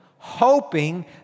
hoping